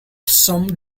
some